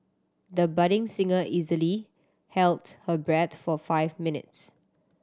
the budding singer easily held her breath for five minutes